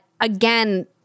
again